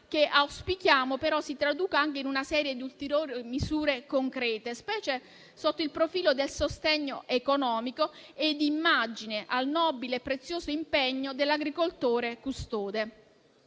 che auspichiamo però si traduca anche in una serie di ulteriori misure concrete, specie sotto il profilo del sostegno economico e di immagine al nobile e prezioso impegno dell'agricoltore custode.